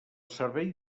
servei